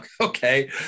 okay